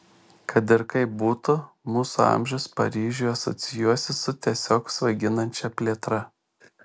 kad ir kaip būtų mūsų amžius paryžiui asocijuosis su tiesiog svaiginančia plėtra